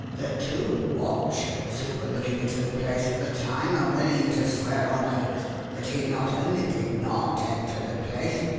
the two watchers who were looking into the place at the time are willing to swear on oath that he not only did not enter the place,